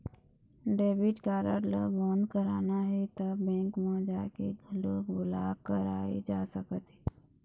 debit card ल बंद कराना हे त बेंक म जाके घलोक ब्लॉक कराए जा सकत हे